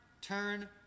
turn